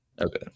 Okay